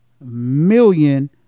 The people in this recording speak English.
million